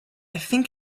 think